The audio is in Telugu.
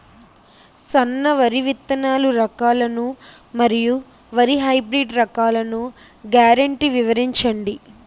సన్న వరి విత్తనాలు రకాలను మరియు వరి హైబ్రిడ్ రకాలను గ్యారంటీ వివరించండి?